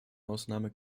ausnahme